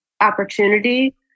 opportunity